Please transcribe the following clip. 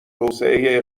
توسعه